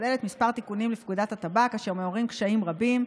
שכוללת כמה תיקונים לפקודת הטבק אשר מעוררים קשיים רבים.